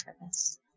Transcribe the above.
purpose